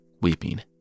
weeping